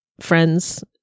Friends